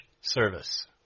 service